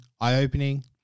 Eye-opening